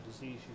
disease